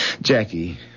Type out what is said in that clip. Jackie